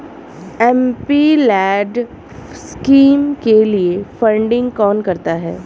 MPLAD scheme के लिए funding कौन करता है?